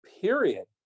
period